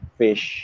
fish